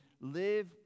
live